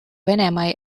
venemaa